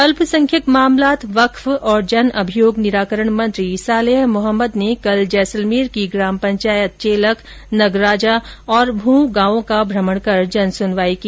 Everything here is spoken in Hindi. अल्पसंख्यक मामलात वक्फ और जन अभियोग निराकरण मंत्री सालेह मोहम्मद ने कल जैसलमेर की ग्राम पंचायत चेलक नगराजा और भू गांवों का भ्रमण कर जनसुनवाई की